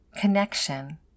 connection